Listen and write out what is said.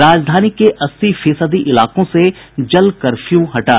राजधानी के अस्सी फीसदी इलाकों से जल कर्फ्यू हटा